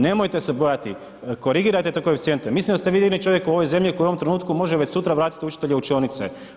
Nemojte se bojati, korigirajte te koeficijente, mislim da ste vi jedini čovjek u ovoj zemlji koji u ovom trenutku može već sutra vratiti u učionice.